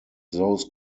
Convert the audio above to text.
those